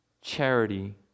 charity